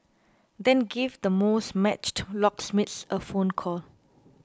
then give the most matched locksmiths a phone call